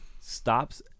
stops